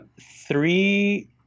three